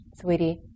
sweetie